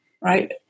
right